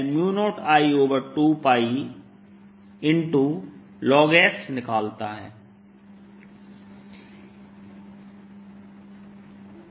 Adlएरिया से गुजरने वाला फ्लक्सl00I2πsdsl0I2πln s